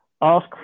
ask